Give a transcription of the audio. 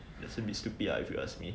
so be stupid lah if you ask me